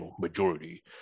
majority